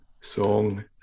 song